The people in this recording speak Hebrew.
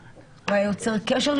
אנחנו נאפשר את הגמישות הזו,